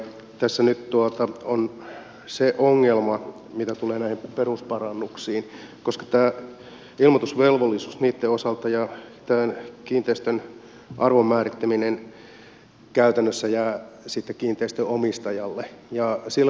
tässä nyt on se ongelma mitä tulee näihin perusparannuksiin koska tämä ilmoitusvelvollisuus niitten osalta ja tämän kiinteistön arvon määrittäminen käytännössä jää sitten kiinteistön omistajalle